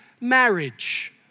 marriage